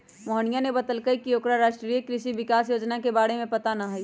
मोहिनीया ने बतल कई की ओकरा राष्ट्रीय कृषि विकास योजना के बारे में पता ना हई